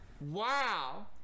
Wow